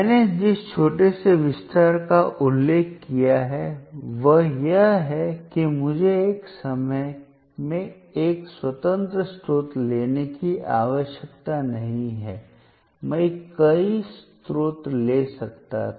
मैंने जिस छोटे से विस्तार का उल्लेख किया है वह यह है कि मुझे एक समय में एक स्वतंत्र स्रोत लेने की आवश्यकता नहीं है मैं कई स्रोत ले सकता था